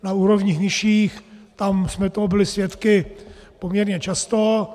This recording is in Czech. Na úrovních nižších, tam jsme toho byli svědky poměrně často.